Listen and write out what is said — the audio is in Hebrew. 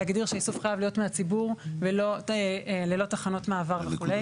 להגדיר שהאיסוף חייב להיות מהציבור ללא תחנות מעבר וכו'.